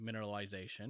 mineralization